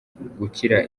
gukira